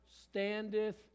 standeth